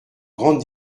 grandes